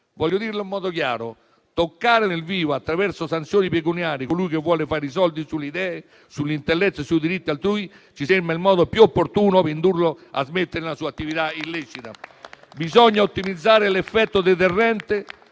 Voglio dirlo in modo chiaro: toccare nel vivo, attraverso sanzioni pecuniarie, colui che vuole fare soldi sulle idee, sull'intelletto e sui diritti altrui ci sembra il modo più opportuno per indurlo a smettere nella sua attività illecita. Bisogna ottimizzare l'effetto deterrente